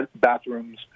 bathrooms